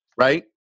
right